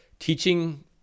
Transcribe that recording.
teaching